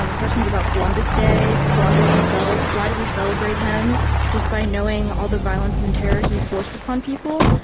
um questions about columbus day, columbus himself, why do we celebrate him just by knowing all the violence and terror he forced upon people.